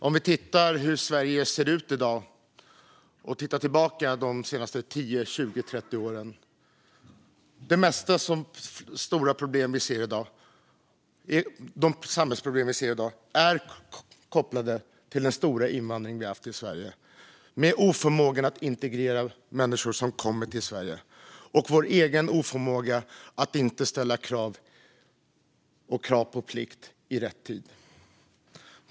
Låt oss se på hur Sverige ser ut i dag och hur det har sett ut de senaste 10, 20 eller 30 åren. De flesta av de stora samhällsproblem som vi ser i dag kan kopplas till den stora invandring som vi har haft till Sverige med en oförmåga att integrera människor som kommit till Sverige liksom vår egen oförmåga att ställa krav i rätt tid.